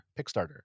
Kickstarter